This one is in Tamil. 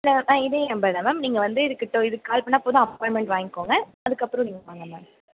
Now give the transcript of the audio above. இல்லை ஆ இதே நம்பர் தான் மேம் நீங்கள் வந்து இதுக்கு டோ இதுக்கு கால் பண்ணிணா போதும் அப்பாயின்ட்மெண்ட் வாங்கிக்கோங்க அதுக்கப்புறம் நீங்கள் வாங்க மேம்